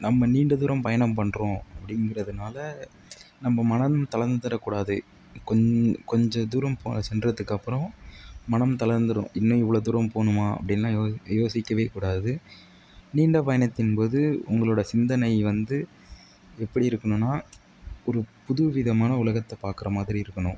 நம்ம நீண்ட தூரம் பயணம் பண்ணுறோம் அப்படிங்கிறதுனால நம்ம மனம் தளர்ந்துட கூடாது கொஞ் கொஞ்சம் தூரம் போகிற சென்றதுக்கு அப்புறம் மனம் தளர்ந்துடும் இன்னும் இவ்வளோ தூரம் போகணுமா அப்படின்லாம் யோ யோசிக்கவே கூடாது நீண்ட பயணத்தின் போது உங்களுடைய சிந்தனை வந்து எப்படி இருக்கணுன்னால் ஒரு புது விதமான உலகத்தை பார்க்குற மாதிரி இருக்கணும்